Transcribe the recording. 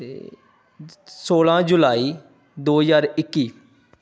ਅਤੇ ਸੋਲ੍ਹਾਂ ਜੁਲਾਈ ਦੋ ਹਜ਼ਾਰ ਇੱਕੀ